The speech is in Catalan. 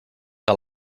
que